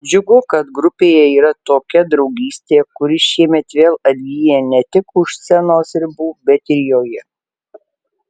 džiugu kad grupėje yra tokia draugystė kuri šiemet vėl atgyja ne tik už scenos ribų bet ir joje